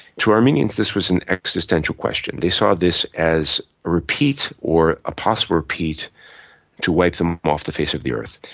to armenians this was an existential question. they saw this as a repeat or a possible repeat to wipe them off the face of the earth.